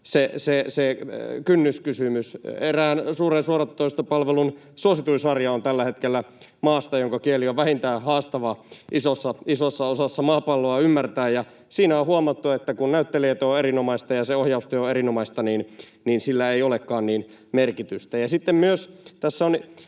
se kynnyskysymys. Erään suuren suoratoistopalvelun suosituin sarja on tällä hetkellä maasta, jonka kieli on isossa osassa maapalloa vähintään haastavaa ymmärtää, mutta siinä on huomattu, että kun näyttelijät ovat erinomaisia ja ohjaustyö on erinomaista, niin sillä ei olekaan niin merkitystä.